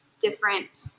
different